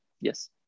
Yes